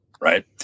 right